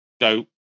go